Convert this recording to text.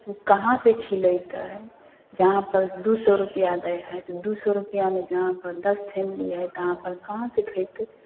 ओ कहाँसँ खिलयतै जहाँपर दू सए रुपैआ दै हइ तऽ दू सए रुपैआमे जहाँपर दस फैमिली हइ तहाँपर कहाँसँ खयतै